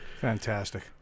Fantastic